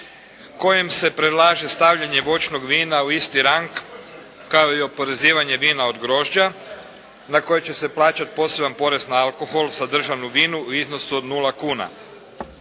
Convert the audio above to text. kojem se predlaže stavljanje voćnog vina u isti rang kao i oporezivanja vina od grožđa na koje će se plaćati poseban porez na alkohol sadržanu u vinu u iznosu od nula kuna.